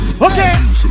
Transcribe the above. Okay